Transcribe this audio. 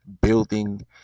building